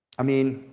i mean,